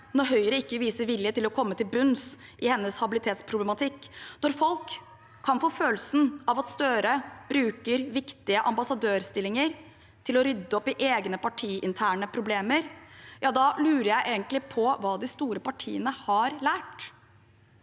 når Høyre ikke viser vilje til å komme til bunns i hennes habilitetsproblematikk, og når folk kan få følelsen av at Støre bruker viktige ambassadørstillinger til å rydde opp i egne partiinterne problemer – ja, da lurer jeg egentlig på hva de store partiene har lært,